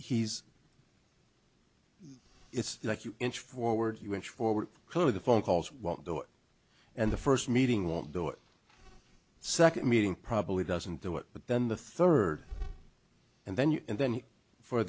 he's it's like you inch forward you inch forward clearly the phone calls won't go and the first meeting will do it second meeting probably doesn't do it but then the third and then you and then for